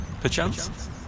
Perchance